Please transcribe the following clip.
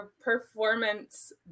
performance